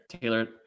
Taylor